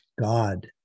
God